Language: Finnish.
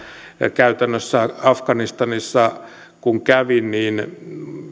käytännössä afganistanissa kun kävin niin kuulin että